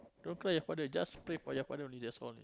don't cry your father just pray for your father only that's all